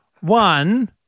One